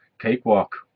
cakewalk